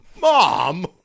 Mom